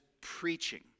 preaching